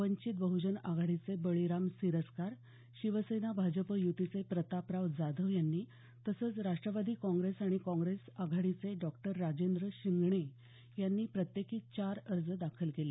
वंचित बहजन आघाडीचे बळीराम सिरस्कार शिवसेना भाजप यूतीचे प्रतापराव जाधव यांनी तसंच राष्टवादी काँग्रेस आणि काँग्रेस आघाडीचे डॉ राजेंद्र शिंगणे यांनी प्रत्येकी चार अर्ज दाखल केले